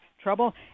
trouble